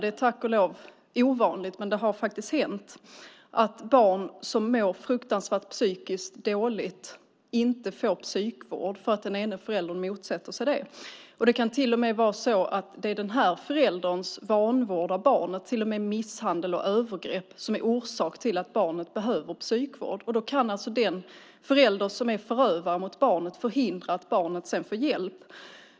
Det är tack och lov ovanligt, men det har faktiskt hänt att barn som mår fruktansvärt dåligt psykiskt inte får psykvård därför att den ene föräldern motsätter sig det. Det kan till och med vara så att det är den förälderns vanvård av barnet, till och med misshandel och övergrepp, som är orsaken till att barnet behöver psykvård. Då kan alltså den förälder som är förövare mot barnet förhindra att barnet sedan får hjälp.